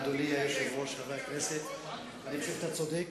אדוני היושב-ראש, חברי הכנסת, אני חושב שאתה צודק.